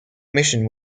mission